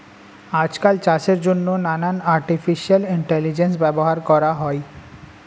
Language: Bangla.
আজকাল চাষের জন্যে নানান আর্টিফিশিয়াল ইন্টেলিজেন্স ব্যবহার করা হয়